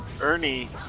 ernie